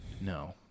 No